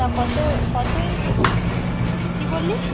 তা কত কত ইঞ্চি কী বললি